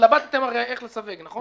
התלבטתם הרי איך לסווג, נכון?